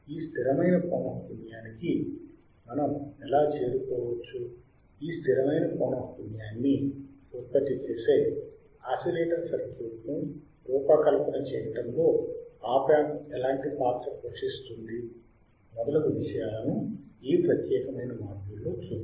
ఈ స్థిరమైన పౌనఃపున్యానికి మనం ఎలా చేరుకోవచ్చు ఈ స్థిరమైన పౌనఃపున్యాన్ని ఉత్పత్తి చేసే ఆసిలేటర్ సర్క్యూట్ను రూపకల్పన చేయడంలో ఆప్ యాంప్ ఎలాంటి పాత్ర పోషిస్తుంది మొదలగు విషయాలను ఈ ప్రత్యేకమైన మాడ్యూల్లో చూద్దాం